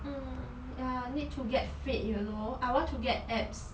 mm ya need to get fit you know I want to get abs